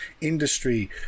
industry